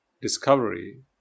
discovery